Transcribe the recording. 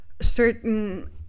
certain